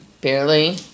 barely